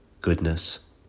goodness